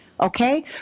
okay